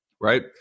right